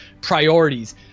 priorities